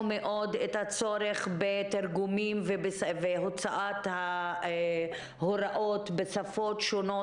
מאוד את הצורך בתרגומים והוצאת ההוראות בשפות שונות,